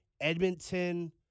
Edmonton